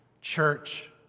church